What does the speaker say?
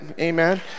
Amen